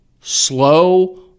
slow